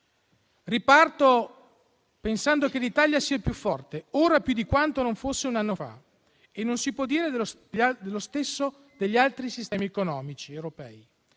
riparto pensando che l'Italia sia più forte, ora più di quanto non fosse un anno fa, e non si può dire lo stesso degli altri sistemi economici europei,